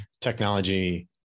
technology